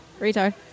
Retard